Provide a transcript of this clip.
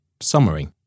Summary